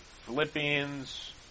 Philippians